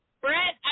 Brett